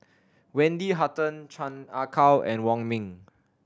Wendy Hutton Chan Ah Kow and Wong Ming